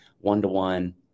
one-to-one